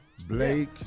Blake